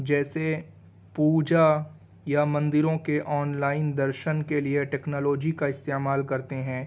جیسے پوجا یا مندروں کے آن لائن درشن کے لیے ٹیکنالوجی کا استعمال کرتے ہیں